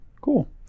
cool